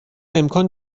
امکان